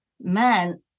man